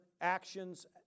actions